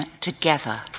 together